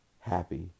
happy